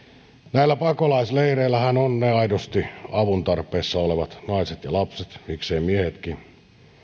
näillä pakolaisleireillähän ovat ne aidosti avun tarpeessa olevat naiset ja lapset mikseivät miehetkin